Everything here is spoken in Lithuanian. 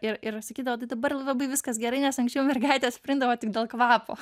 ir sakydavo tai dabar labai viskas gerai nes anksčiau mergaites priimdavo tik dėl kvapo